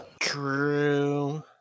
True